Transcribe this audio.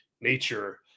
nature